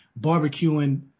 barbecuing